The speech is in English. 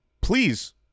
Please